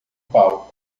palco